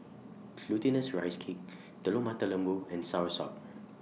Glutinous Rice Cake Telur Mata Lembu and Soursop